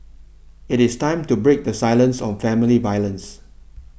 it is time to break the silence on family violence